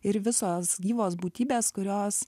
ir visos gyvos būtybės kurios